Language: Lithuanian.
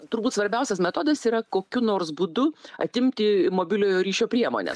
turbūt svarbiausias metodas yra kokiu nors būdu atimti mobiliojo ryšio priemones